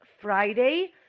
Friday